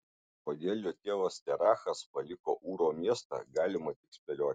kodėl jo tėvas terachas paliko ūro miestą galime tik spėlioti